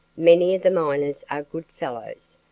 many of the miners are good fellows,